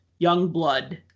Youngblood